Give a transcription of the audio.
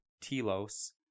telos